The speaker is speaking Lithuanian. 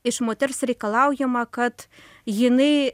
iš moters reikalaujama kad jinai